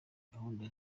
gahunda